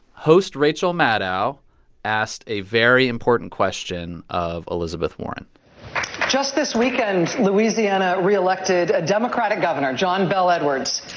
host rachel maddow asked a very important question of elizabeth warren just this weekend, louisiana reelected a democratic governor john bel edwards.